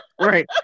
right